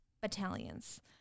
Battalions